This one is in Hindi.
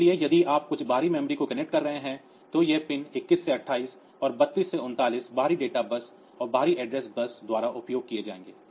इसलिए यदि आप कुछ बाहरी मेमोरी को कनेक्ट कर रहे हैं तो ये पिन 21 से 28 और 32 से 39 बाहरी डेटा बस और बाहरी एड्रेस बस द्वारा उपयोग किए जाएंगे